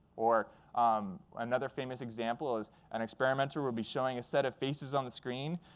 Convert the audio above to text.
or another famous example is an experimenter will be showing a set of faces on the screen.